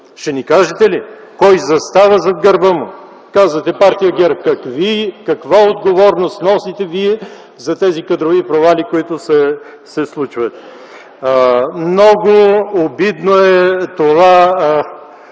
Ще ни кажете ли кой застава зад гърба му? Казвате партия ГЕРБ. Каква отговорност носите вие за тези кадрови провали, които се случват? Много обидно е това